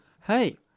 hey